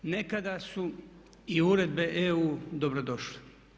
Nekada su i uredbe EU dobro došle.